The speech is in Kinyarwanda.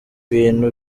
bintu